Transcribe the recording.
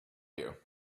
you